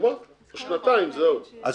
אז נגמר.